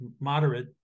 moderate